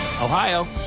Ohio